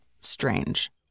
strange